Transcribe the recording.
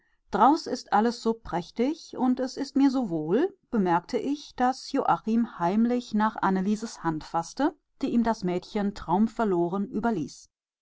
drauß ist alles so prächtig und es ist mir so wohl bemerkte ich daß joachim heimlich nach annelieses hand faßte die ihm das mädchen traumverloren überließ